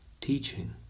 teaching